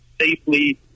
safely